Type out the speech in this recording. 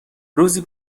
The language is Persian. روزی